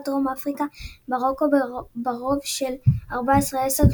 דרום אפריקה על מרוקו ברוב של 14 - 10,